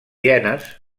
hienes